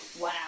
Wow